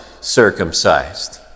circumcised